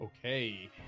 okay